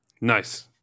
nice